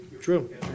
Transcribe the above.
True